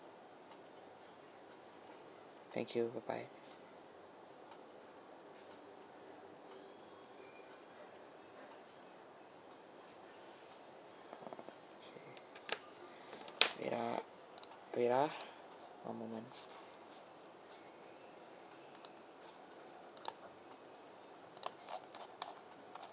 thank you bye bye err wait ah wait ah one moment